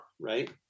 right